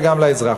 וגם לאזרח.